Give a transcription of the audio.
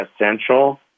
essential